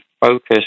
focus